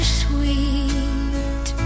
sweet